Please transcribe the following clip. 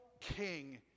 king